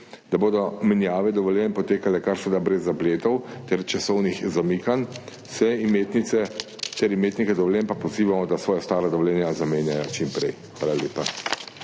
da bodo menjave dovoljenj potekale kar se da brez zapletov ter časovnih zamikanj, vse imetnice ter imetnike dovoljenj pa pozivamo, da svoja ostala dovoljenja zamenjajo čim prej.